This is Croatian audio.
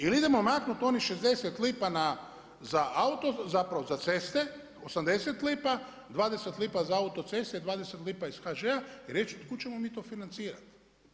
Ili idemo maknuti onih 60 lipa za auto, zapravo za ceste, 80 lipa, 20 lipa za autoceste, 20 lipa iz HŽ-a, i reći otkud ćemo mi to financirat.